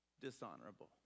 dishonorable